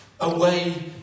away